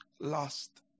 Lost